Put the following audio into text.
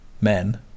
men